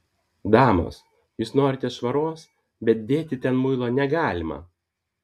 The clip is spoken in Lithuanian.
damos jūs norite švaros bet dėti ten muilo negalima